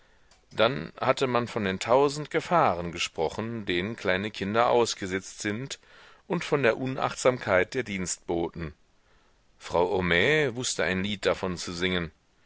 dann hatte man von den tausend gefahren gesprochen denen kleine kinder ausgesetzt sind und von der unachtsamkeit der dienstboten frau homais mußte ein lied davon zu singen